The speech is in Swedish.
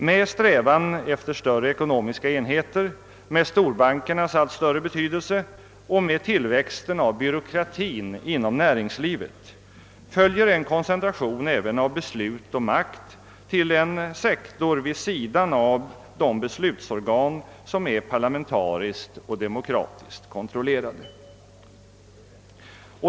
Med strävan efter större ekonomiska enheter, med storbankernas allt större betydelse och med tillväxten av byråkratin inom näringslivet följer även en koncentration av beslut och makt till en sektor vid sidan av de beslutsorgan som är parlamentariskt och demokratiskt kontrollerade.